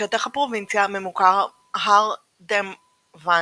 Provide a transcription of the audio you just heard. בשטח הפרובינציה ממקום הר דמאוונד,